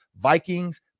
vikings